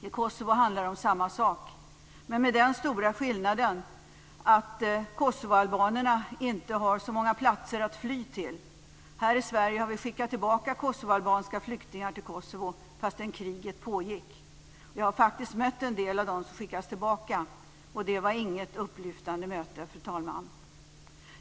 I Kosovo handlar det om samma sak men med den stora skillnaden att kosovoalbanerna inte har så många platser att fly till. Här i Sverige har vi skickat tillbaka kosovoalbanska flyktingar till Kosovo fastän kriget pågick. Jag har faktiskt mött en del av dem som skickades tillbaka. Det var inget upplyftande möte, fru talman.